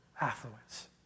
affluence